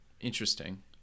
Interesting